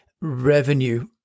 revenue